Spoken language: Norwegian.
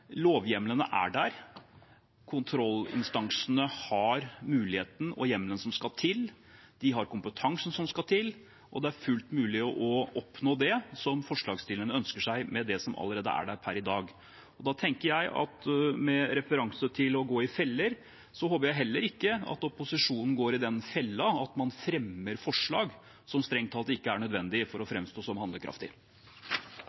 Lovhjemlene er der. Kontrollinstansene har muligheten og hjemmelen som skal til. De har kompetansen som skal til, og det er fullt mulig å oppnå det som forslagsstillerne ønsker seg, med det som er der allerede per i dag. Og da tenker jeg at med referanse til å gå i feller, håper jeg heller ikke at opposisjonen går i den fella at man fremmer forslag som strengt tatt ikke er nødvendig for å